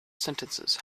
sentences